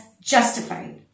justified